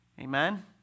Amen